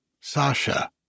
Sasha